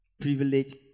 privilege